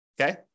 Okay